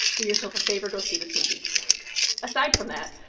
do yourself a favor. go see this movie. it's really good. aside from that,